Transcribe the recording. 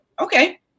okay